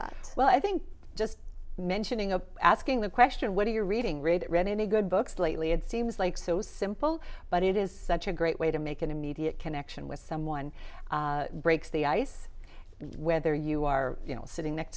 that well i think just mentioning of asking the question what are you reading read it read any good books lately it seems like so simple but it is such a great way to make an immediate connection with someone breaks the ice whether you are you know sitting next